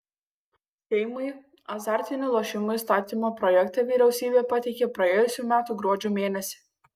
seimui azartinių lošimų įstatymo projektą vyriausybė pateikė praėjusių metų gruodžio mėnesį